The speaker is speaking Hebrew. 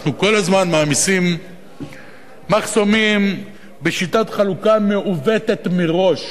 אנחנו כל הזמן מעמיסים מחסומים בשיטת חלוקה מעוותת מראש,